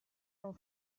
non